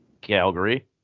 Calgary